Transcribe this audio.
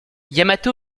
yamato